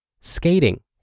skating